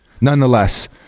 Nonetheless